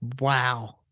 wow